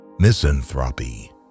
Misanthropy